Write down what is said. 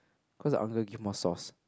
cause the uncle give more sauce